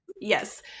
Yes